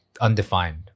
undefined